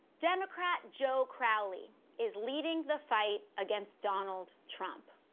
democrat joe crowley is leading the fight against donald trump.